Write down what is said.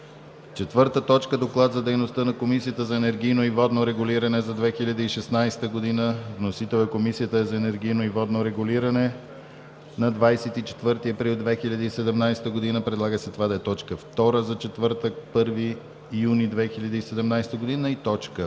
юни 2017 г. 4. Доклад за дейността на Комисията за енергийно и водно регулиране за 2016 година. Вносител е Комисията за енергийно и водно регулиране на 24 април 2017 година. Предлага се това да бъде втора точка за четвъртък, 1 юни 2017 година. 5.